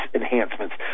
enhancements